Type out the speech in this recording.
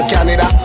Canada